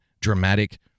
dramatic